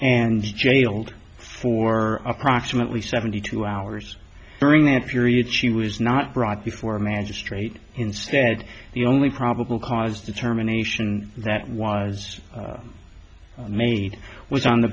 and jailed for approximately seventy two hours during that period she was not brought before a magistrate instead the only probable cause determination that was made was on the